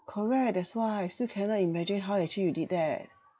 correct that's why still cannot imagine how actually you did that